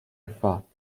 effort